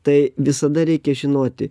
tai visada reikia žinoti